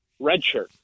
redshirt